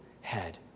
head